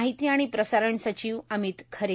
माहिती आणि प्रसारण सचिव अमित खरे